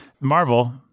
Marvel